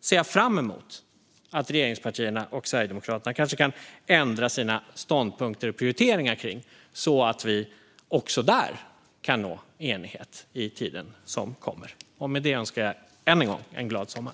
ser jag fram emot att regeringspartierna och Sverigedemokraterna kanske kan ändra sina ståndpunkter och prioriteringar kring, så att vi även där kan nå enighet under den tid som kommer. Med det önskar jag än en gång en glad sommar.